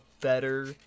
better